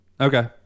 okay